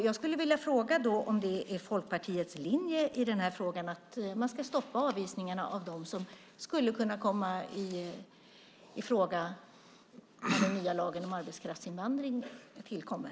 Jag skulle vilja fråga om det är Folkpartiets linje i den här frågan att man ska stoppa avvisningarna av dem som skulle kunna komma i fråga när den nya lagen om arbetskraftsinvandring tillkommer.